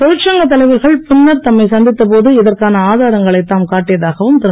தொழிற்சங்க தலைவர்களிடம் பின்னர் தம்மை சந்தித்த போது இதற்கான ஆதாரங்களை தாம் காட்டியதாகவும் திரு